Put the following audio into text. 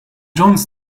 jones